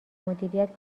مدیریت